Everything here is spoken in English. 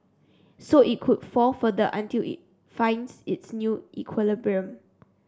so it could fall further until it finds its new equilibrium